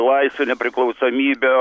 laisvę nepriklausomybę